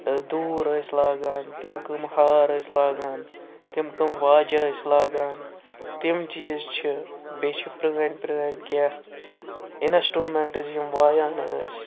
دوٗر ٲسۍ لاگان تِم کٕمہٕ ہار ٲسۍ لاگان تِم کم واجہِ ٲسۍ لاگان تِم چیٖز چھِ بیٚیہِ چھِ پرٛٲنۍ پرٛٲنۍ کینٛہہ اِنَسٹرٛوٗمنٛٹٕز یِم وایان ٲسۍ